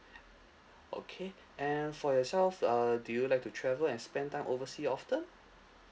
okay and for yourself uh do you like to travel and spend time oversea often